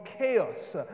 chaos